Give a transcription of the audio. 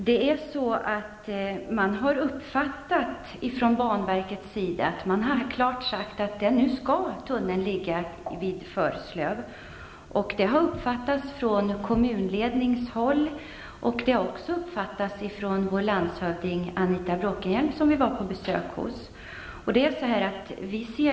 Fru talman! Man har från banverket uppfattat att det klart har sagts att tunneln skall ligga vid Förslöv. Samma uppfattning har kommunledningen och vår landshövding Anita Bråkenhielm, som vi var på besök hos.